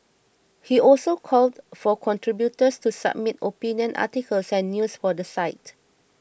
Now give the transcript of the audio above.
he also called for contributors to submit opinion articles and news for the site